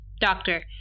Doctor